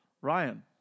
Ryan